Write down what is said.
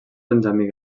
benjamí